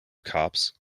cops